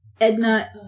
Edna